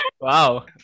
Wow